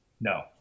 No